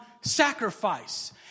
sacrifice